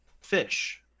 fish